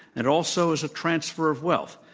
and also as a transfer of wealth,